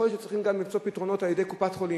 יכול להיות שצריכים גם למצוא פתרונות על-ידי קופת-חולים.